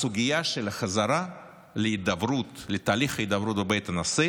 הסוגיה של החזרה לתהליך ההידברות בבית הנשיא